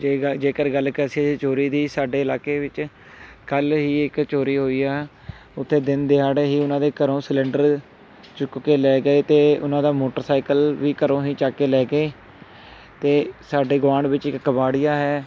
ਜੇ ਗਲ ਜੇਕਰ ਗੱਲ ਕਿਸੇ ਚੋਰੀ ਦੀ ਸਾਡੇ ਇਲਾਕੇ ਵਿੱਚ ਕੱਲ੍ਹ ਹੀ ਇੱਕ ਚੋਰੀ ਹੋਈ ਆ ਉੱਥੇ ਦਿਨ ਦਿਹਾੜੇ ਹੀ ਉਹਨਾਂ ਦੇ ਘਰੋਂ ਸਿਲੰਡਰ ਚੁੱਕ ਕੇ ਲੈ ਗਏ ਅਤੇ ਉਹਨਾਂ ਦਾ ਮੋਟਰਸਾਈਕਲ ਵੀ ਘਰੋਂ ਹੀ ਚੱਕ ਕੇ ਲੈ ਕੇ ਅਤੇ ਸਾਡੇ ਗੁਆਂਢ ਵਿੱਚ ਇੱਕ ਕਬਾੜੀਆ ਹੈ